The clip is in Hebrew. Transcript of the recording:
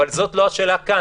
אבל זאת לא השאלה כאן.